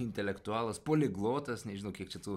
intelektualas poliglotas nežinau kiek čia tų